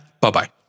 Bye-bye